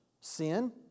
sin